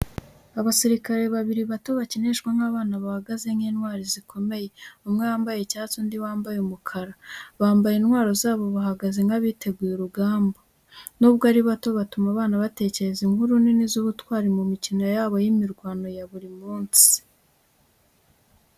Abasirikare babiri bato bakinishwa n’abana bahagaze nk’intwari zikomeye, umwe wambaye icyatsi, undi wambaye umukara. Bambaye intwaro zabo, bahagaze nk’abiteguye urugamba. Nubwo ari bato, batuma abana batekereza inkuru nini z’ubutwari mu mikino yabo y’imirwano ya buri munsi.